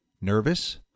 Nervous